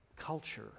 culture